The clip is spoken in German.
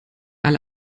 alle